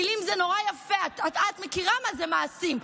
מילים זה נורא יפה, אבל את יודעת מה זה מעשים.